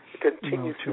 continue